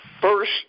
first